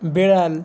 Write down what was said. বেড়াল